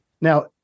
Now –